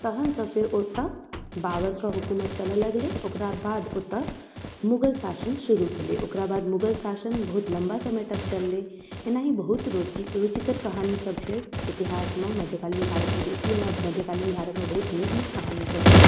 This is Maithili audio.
तहनसँ फेर ओतऽ बाबरके हुकूमत चलऽ लगलै ओकरा बाद ओतऽ मुगल शासन शुरू भेलै ओकरा बाद मुगल शासन बहुत लम्बा समय तक चललै एनाही बहुत रूचि रुचिकर कहानी सब छै इतिहासमे मध्यकालीन भारतमे बेसी हमरा मध्यकालीन भारतमे बहुत नीक नीक कहानी सब छै